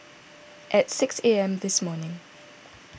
at six A M this morning